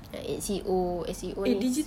uh N_C_O S_C_O ini se~